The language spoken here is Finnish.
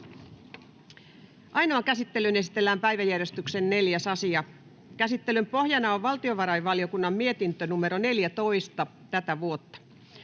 Ainoaan käsittelyyn esitellään päiväjärjestyksen 4. asia. Käsittelyn pohjana on valtiovarainvaliokunnan mietintö VaVM 14/2023 vp.